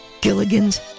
Gilligan's